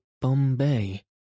Bombay